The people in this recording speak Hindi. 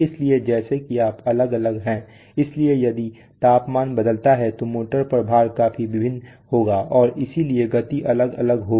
इसलिए जैसा कि आप अलग अलग हैं इसलिए यदि तापमान बदलता है तो मोटर पर भार काफी भिन्न होगा और इसलिए गति अलग अलग होगी